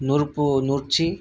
నూర్పు నూర్చి